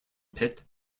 pit